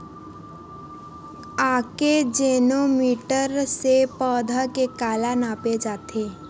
आकजेनो मीटर से पौधा के काला नापे जाथे?